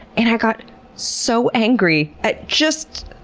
and i got so angry at just.